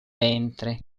ventre